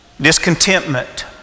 Discontentment